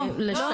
לא.